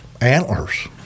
antlers